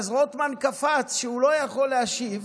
אז רוטמן קפץ שהוא לא יכול להשיב,